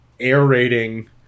aerating